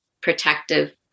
protective